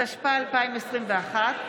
התשפ"א 2021,